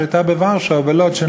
שהייתה בוורשה ובלודז',